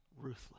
ruthless